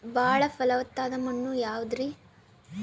ಬಾಳ ಫಲವತ್ತಾದ ಮಣ್ಣು ಯಾವುದರಿ?